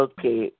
Okay